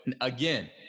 again